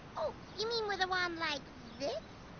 you mean with a wand like this?